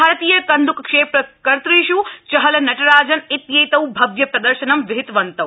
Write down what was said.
भारतीय कन्द्रक क्षे कर्तृष् चहल नटराजन् इत्येतौ भव्यप्रदर्शनं विहितवन्तौ